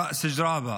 ראס ג'ראבה,